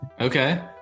okay